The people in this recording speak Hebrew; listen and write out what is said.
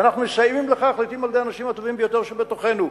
ואנחנו מסייעים לכך לעתים על-ידי האנשים הטובים ביותר שבתוכנו.